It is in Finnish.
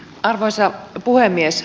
arvoisa puhemies